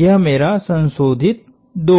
यह मेरा संशोधित 2 है